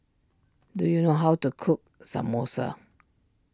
do you know how to cook Samosa